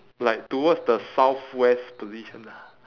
like towards the southwest position ah